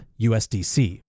USDC